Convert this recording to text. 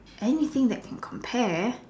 anything that can compare